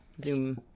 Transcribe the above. Zoom